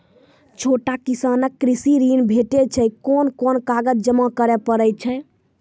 छोट किसानक कृषि ॠण भेटै छै? कून कून कागज जमा करे पड़े छै?